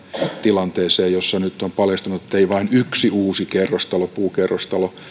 tilanteeseen jossa nyt on paljastunut että ei vain yksi uusi kerrostalo puukerrostalo